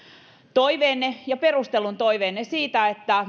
toiveenne ja perustellun toiveenne siitä että